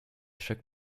chaque